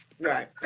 right